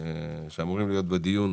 שאמורים להיות בדיון,